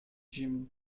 jim